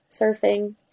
surfing